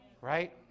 Right